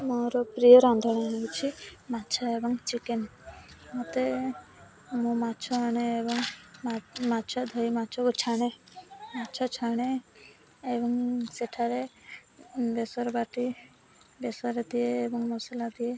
ମୋର ପ୍ରିୟ ରାନ୍ଧଣା ହେଉଛି ମାଛ ଏବଂ ଚିକେନ୍ ମୋତେ ମୁଁ ମାଛ ଆଣେ ଏବଂ ମାଛ ଧୋଇ ମାଛକୁ ଛାଣେ ମାଛ ଛାଣେ ଏବଂ ସେଠାରେ ବେସର ବାଟି ବେସର ଦିଏ ଏବଂ ମସଲା ଦିଏ